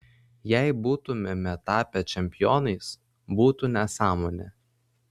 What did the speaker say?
jei būtumėme tapę čempionais būtų nesąmonė